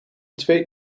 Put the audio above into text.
twee